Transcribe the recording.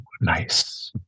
nice